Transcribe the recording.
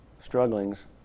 strugglings